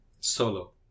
solo